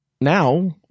now